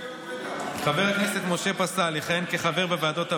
חבר הכנסת משה פסל יכהן כחבר בוועדות הבאות: